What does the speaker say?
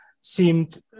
seemed